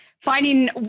finding